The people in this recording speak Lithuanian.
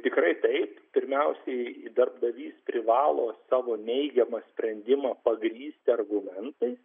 tikrai taip pirmiausiai darbdavys privalo savo neigiamą sprendimą pagrįsti argumentais